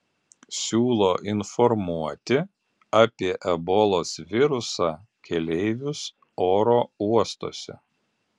siūlo informuoti apie ebolos virusą keleivius oro uostuose